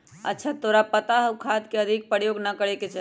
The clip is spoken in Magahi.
अच्छा तोरा पता हाउ खाद के अधिक प्रयोग ना करे के चाहि?